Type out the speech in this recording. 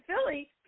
Philly